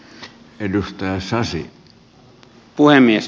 arvoisa puhemies